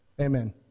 amen